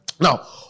Now